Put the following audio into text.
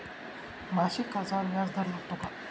मासिक कर्जावर व्याज दर लागतो का?